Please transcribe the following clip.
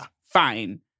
fine